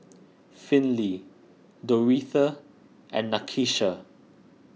Finley Doretha and Nakisha